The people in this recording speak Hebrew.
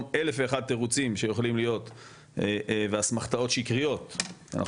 עם אלף תירוצים שיכולים להיות ואסמכתאות שקריות - אנחנו